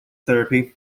therapy